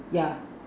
yeah